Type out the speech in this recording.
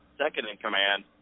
second-in-command